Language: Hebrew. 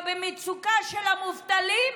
ובמצוקה של המובטלים,